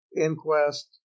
inquest